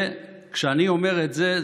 כשאני אומר את זה,